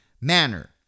manner